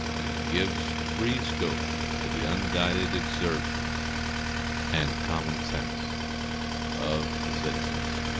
and gives free scope to the unguided exertions and common-sense of the citizens